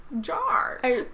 jar